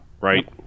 Right